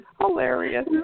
Hilarious